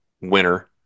winner